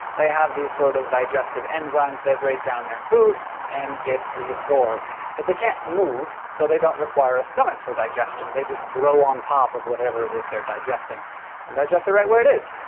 they have these sort of digestive enzymes that break down their food and get reabsorbed. but they can't move, so they don't require a stomach for digestion they just grow on top of whatever it is they're digesting and digest it right where it is.